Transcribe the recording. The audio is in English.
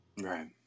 Right